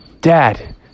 dad